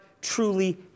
truly